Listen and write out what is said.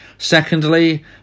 Secondly